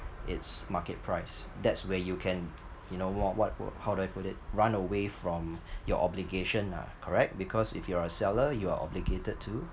its market price that's where you can you know what what how do I put it run away from your obligation ah correct because if you are a seller you are obligated to